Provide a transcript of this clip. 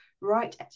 right